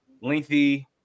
lengthy